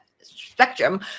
spectrum